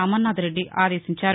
అమర్నాథ్ రెడ్డి ఆదేశించారు